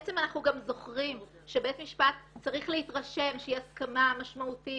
ובעצם אנחנו גם זוכרים שבית המשפט צריך להתרשם שהיא הסכמה משמעותית,